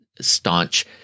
staunch